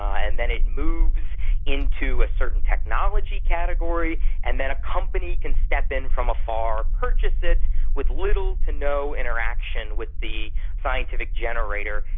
and then it moves into a certain technology category, and then a company can step in from afar, purchase it with little to no interaction with the scientific generator,